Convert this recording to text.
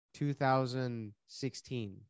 2016